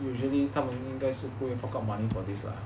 usually 他们应该是不会 fork out money for this lah